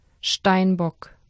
Steinbock